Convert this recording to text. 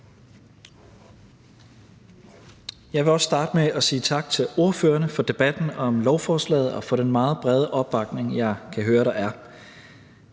jeg vil også starte med at sige tak til ordførerne for debatten om lovforslaget og for den meget brede opbakning, jeg kan høre at der er.